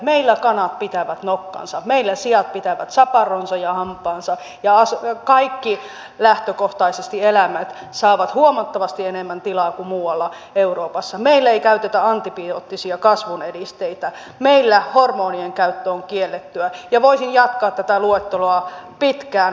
meillä kanat pitävät nokkansa meillä siat pitävät saparonsa ja hampaansa ja lähtökohtaisesti kaikki eläimet saavat huomattavasti enemmän tilaa kuin muualla euroopassa meillä ei käytetä antibioottisia kasvunedisteitä meillä hormonien käyttö on kiellettyä voisin jatkaa tätä luetteloa pitkään